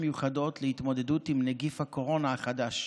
מיוחדות להתמודדות עם נגיף הקורונה החדש